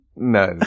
no